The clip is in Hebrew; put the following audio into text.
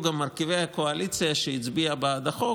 גם מרכיבי הקואליציה שהצביעו בעד החוק.